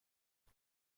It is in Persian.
باشی